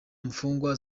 mfungwa